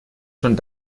schon